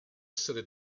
essere